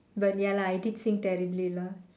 but ya lah I did sing terribly lah